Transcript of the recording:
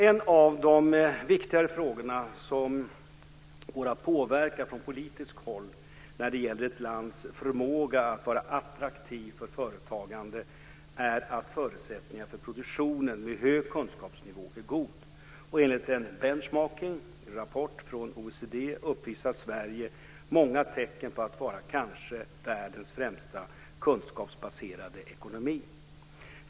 En av de viktigaste frågor som går att påverka från politiskt håll när det gäller ett lands förmåga att vara attraktivt för företagande är att förutsättningarna för produktionen med hög kunskapsnivå är god. Enligt en benchmarking-rapport från OECD uppvisar Sverige många tecken på att vara kanske världens främsta kunskapsbaserade ekonomi.